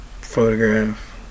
photograph